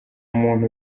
umuntu